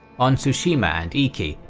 on tsushima and iki,